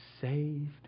saved